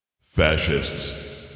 Fascists